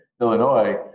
Illinois